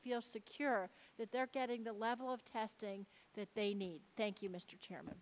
feel secure that they're getting the level of testing that they need thank you mr chairman